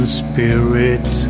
spirit